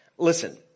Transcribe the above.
Listen